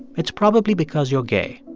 it's probably because you're gay.